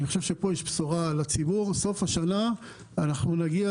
פה יש בשורה לציבור: בסוף השנה אנחנו נגיע